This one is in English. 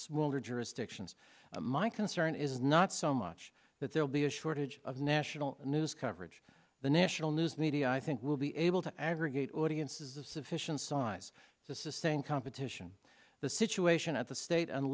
smaller jurisdictions my concern is not so much that there will be a shortage of national news coverage the national news media i think will be able to aggregate audiences of sufficient size to sustain competition the situation at the state and